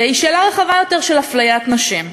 היא שאלה רחבה של אפליית נשים.